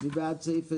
מציעים במקום